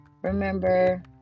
remember